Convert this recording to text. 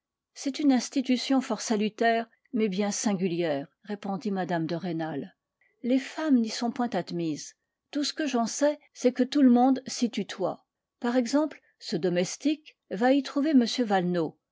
c'est une institution fort salutaire mais bien singulière répondit mme de rênal les femmes n'y sont point admises tout ce que j'en sais c'est que tout le monde s'y tutoie par exemple ce domestique va y trouver